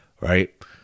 right